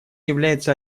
является